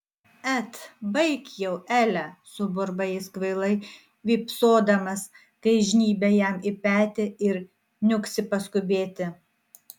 et baik jau ele suburba jis kvailai vypsodamas kai žnybia jam į petį ir niuksi paskubėti